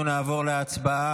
אנחנו נעבור להצבעה.